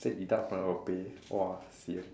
say deduct from your pay !wah! sian